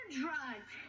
drugs